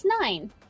nine